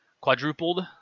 quadrupled